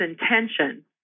intention